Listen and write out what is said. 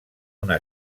una